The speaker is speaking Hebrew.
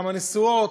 כמה נשואות,